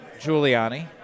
Giuliani